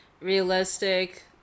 realistic